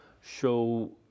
show